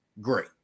great